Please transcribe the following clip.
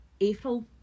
april